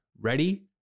ready